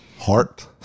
Heart